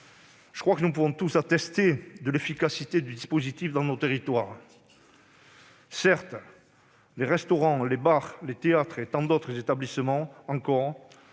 Je crois que nous pouvons tous attester de l'efficacité du dispositif dans nos territoires. Certes, les restaurants, les bars, les théâtres et tant d'autres établissements encore